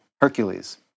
Hercules